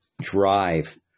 drive